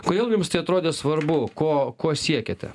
kodėl jums tai atrodė svarbu ko ko siekiate